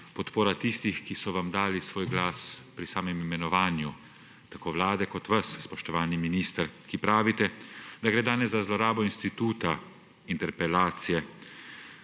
podpora tistih, ki so vam dali svoj glas pri samem imenovanju tako vlade kot vas, spoštovani minister, ki pravite, da gre danes za zlorabo instituta interpelacije.